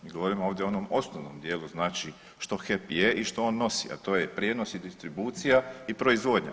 Mi govorimo ovdje o onom osnovnom dijelu, znači što HEP je i što on nosi, a to je prijenos i distribucije i proizvodnja.